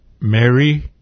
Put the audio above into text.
Mary